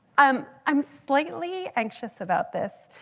um i'm slightly anxious about this,